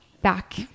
back